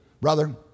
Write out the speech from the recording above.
brother